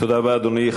תודה רבה, אדוני.